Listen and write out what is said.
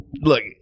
look